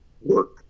work